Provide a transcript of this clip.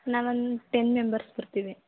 ನಾವು ಒಂದು ten members ಬರ್ತೀವಿ